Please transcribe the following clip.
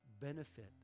benefit